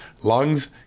lungs